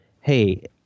hey